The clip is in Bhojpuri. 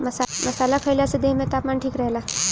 मसाला खईला से देह में तापमान ठीक रहेला